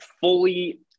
fully